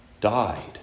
died